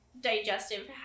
digestive